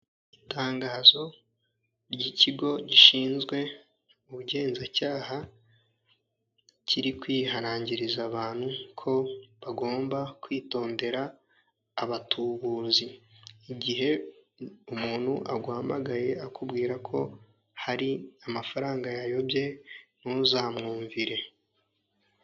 Itangazo ry'ikigo gishinzwe ubugenzacyaha kiri kwihanangiriza abantu ko bagomba kwitondera abatubuzi. Igihe umuntu aguhamagaye akubwira ko hari amafaranga yayobye ntuzamwumvire.